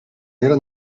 era